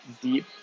deep